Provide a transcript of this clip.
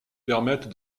permettent